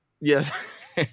Yes